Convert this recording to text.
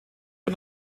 und